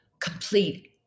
complete